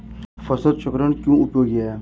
फसल चक्रण क्यों उपयोगी है?